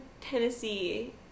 Tennessee